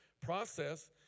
process